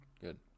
Good